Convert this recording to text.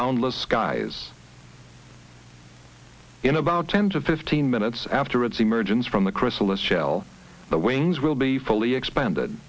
boundless skies in about ten to fifteen minutes after its emergence from the chrysalis shell the wings will be fully expanded